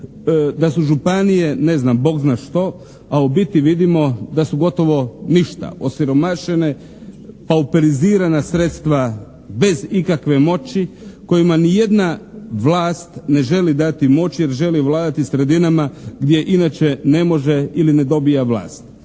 da su županije ne znam Bog zna što, a u biti vidimo da su gotovo ništa, osiromašene, pauperizirana sredstva bez ikakve moći kojima ni jedna vlast ne želi dati moć jer želi vladati sredinama gdje inače ne može ili ne dobija vlast.